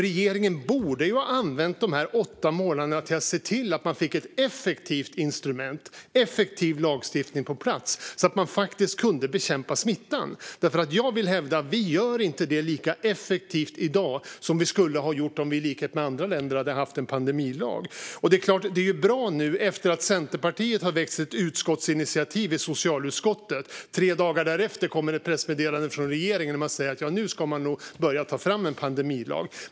Regeringen borde ha använt dessa åtta månader till att få ett effektivt instrument, en effektiv lagstiftning på plats så att vi faktiskt kunde bekämpa smittan. Jag hävdar att vi inte gör det lika effektivt i dag som vi skulle ha gjort om vi i likhet med andra länder hade haft en pandemilag. Det är bra att det tre dagar efter att Centerpartiet väckte ett utskottsinitiativ i socialutskottet kom ett pressmeddelande från regeringen om att man ska börja ta fram en pandemilag.